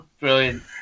Brilliant